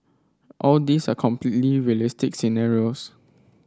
all these are completely realistic scenarios